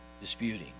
Disputing